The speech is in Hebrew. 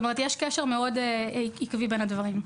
יש קשר עקבי בין הדברים.